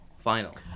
final